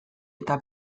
eta